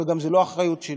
אבל זו גם לא האחריות שלי,